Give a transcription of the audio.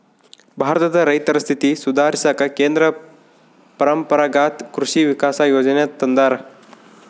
ಭಾರತದ ರೈತರ ಸ್ಥಿತಿ ಸುಧಾರಿಸಾಕ ಕೇಂದ್ರ ಪರಂಪರಾಗತ್ ಕೃಷಿ ವಿಕಾಸ ಯೋಜನೆ ತಂದಾರ